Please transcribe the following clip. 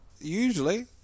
usually